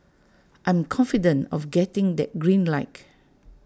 I am confident of getting that green like